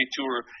Tour